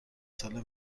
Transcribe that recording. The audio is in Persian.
ساله